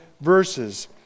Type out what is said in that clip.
verses